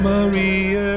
Maria